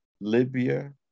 Libya